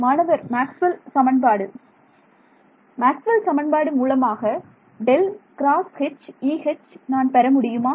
மாணவர் மாக்ஸ்வெல் சமன்பாடு மாக்ஸ்வெல் சமன்பாடு மூலமாக ∇×H E H நான் பெற முடியுமா